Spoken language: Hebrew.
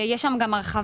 יש שם הרחבה.